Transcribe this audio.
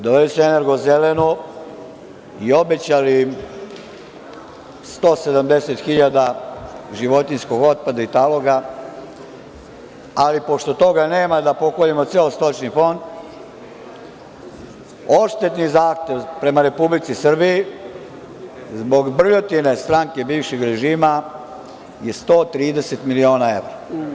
Doveli su „Energo zeleno“ i obećali 170.000 životinjskog otpada i taloga, ali pošto toga nema da pokoljemo ceo stočni fond, odštetni zahtev prema Republici Srbiji, zbog brljotine stranke bivšeg režima je 130 miliona evra.